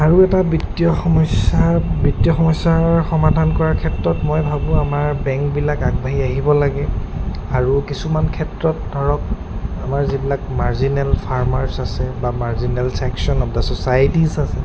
আৰু এটা বিত্তীয় সমস্যাৰ বিত্তীয় সমস্যাৰ সমাধান কৰাৰ ক্ষেত্ৰত মই ভাবোঁ আমাৰ বেংকবিলাক আগবাঢ়ি আহিব লাগে আৰু কিছুমান ক্ষেত্ৰত ধৰক আমাৰ যিবিলাক মাৰ্জিনেল ফাৰ্মাৰ্ছ আছে বা marginal section of the societies আছে